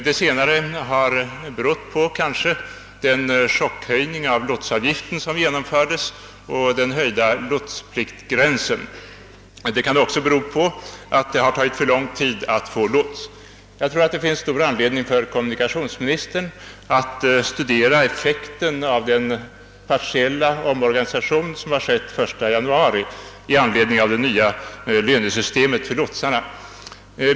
Det senare har kanske berott på chockökningen av lotsavgiften och på höjningen av lotspliktsgränsen, men det kan dessutom bero på att det tagit för lång tid att få lots. Jag tror att kommunikationsministern har alla skäl att studera effekten av den partiella omorganisationen den 1 januari med anledning av det nya lönesystemet för lotsarna.